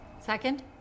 second